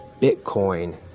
bitcoin